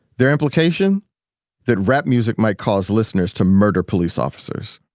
their implication that rap music might cause listeners to murder police officers.